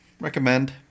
Recommend